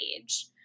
age